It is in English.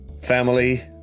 family